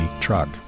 truck